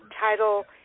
title